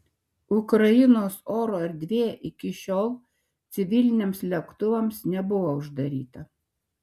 ukrainos oro erdvė iki šiol civiliniams lėktuvams nebuvo uždaryta